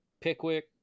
pickwick